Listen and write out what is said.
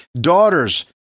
daughters